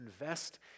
invest